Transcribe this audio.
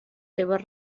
seves